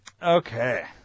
Okay